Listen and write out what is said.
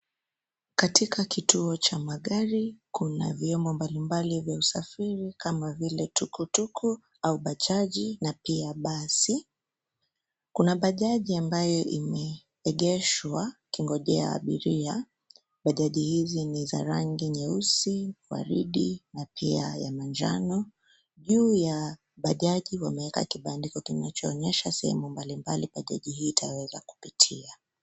Katika kituo cha magari, kuna vyombo mbalimbali vya usafiri kama vile tukutuku au bajaji na pia basi, kuna bajaji ambayo imeegeshwa ikingojea abiria, bajaji hizi ni za rangi nyeusi, waridi na pia ya manjano, juu ya, bajaji wameeka kibandiko kinachoonyesha sehemu mbalimbali bajaji hio itaweza kupitia.